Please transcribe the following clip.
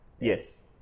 Yes